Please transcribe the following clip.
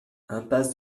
impasse